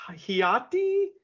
hiati